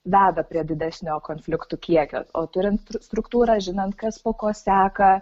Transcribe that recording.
veda prie didesnio konfliktų kiekio o turint struktūrą žinant kas po ko seka